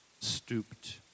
stooped